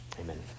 Amen